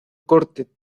corte